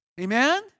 Amen